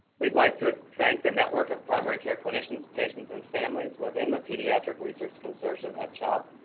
we'd like to thank the network of primary care clinicians, patients and families within the pediatric research consortium at chop,